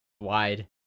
Wide